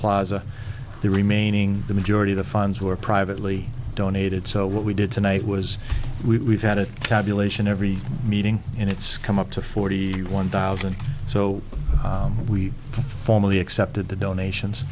the remaining the majority the funds were privately donated so what we did tonight was we had a tabulation every meeting and it's come up to forty one thousand so we formally accepted the donations